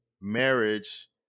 marriage